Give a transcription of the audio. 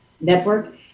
Network